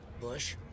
Bush